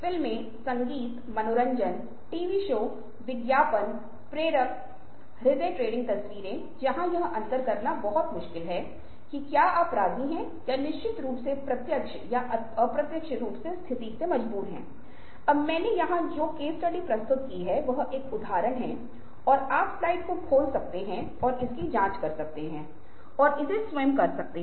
फिर यह योगिक प्रथाओं के बारे में बोलता है और कई चीजें हैं जो कोई भी कर सकता है आध्यात्मिक रूप से खुद को नवीनीकृत करने और ऐसी आध्यात्मिक प्रथाओं को सीखने और कृषि करने के लिए है